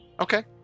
Okay